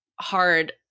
hard